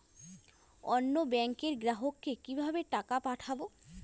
অন্য ব্যাংকের গ্রাহককে কিভাবে টাকা পাঠাবো?